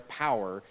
power